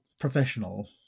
professional